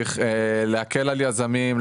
להקל על יזמים,